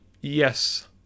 Yes